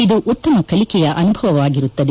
ಇದು ಉತ್ತಮ ಕಲಿಕೆಯ ಅನುಭವವಾಗಿರುತ್ತದೆ